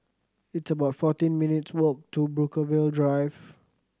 it's about fourteen minutes' walk to Brookvale Drive